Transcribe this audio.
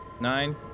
Nine